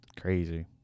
Crazy